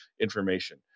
information